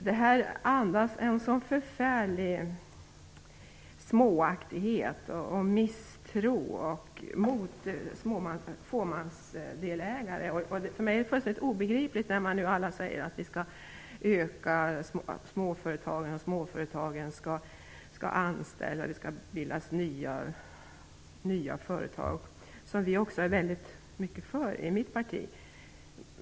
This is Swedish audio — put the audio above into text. Detta andas en förfärlig småaktighet och misstro mot delägare i fåmansföretag. För mig är det fullständigt obegripligt att alla säger att antalet småföretagare skall öka, att de skall anställa fler och att nya företag skall bildas. Vi i Folkpartiet är också för detta.